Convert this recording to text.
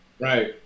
Right